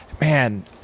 man